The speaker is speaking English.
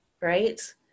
right